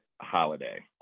holiday